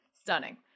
stunning